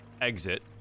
exit